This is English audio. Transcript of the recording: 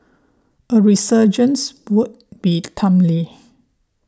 a resurgence would be timely